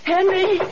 Henry